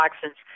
toxins